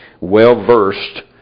well-versed